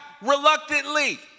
reluctantly